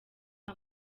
nta